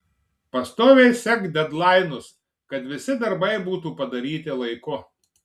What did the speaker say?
pastoviai sek dedlainus kad visi darbai būtų padaryti laiku